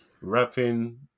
rapping